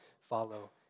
follow